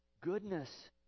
goodness